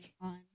on